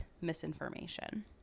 misinformation